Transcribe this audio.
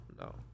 no